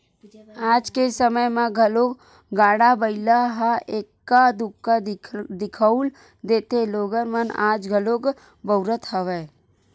आज के समे म घलो गाड़ा बइला ह एक्का दूक्का दिखउल देथे लोगन मन आज घलो बउरत हवय